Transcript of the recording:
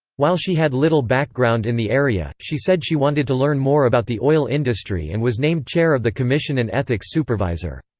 while she had little background in the area, she said she wanted to learn more about the oil industry and was named chair of the commission and ethics supervisor.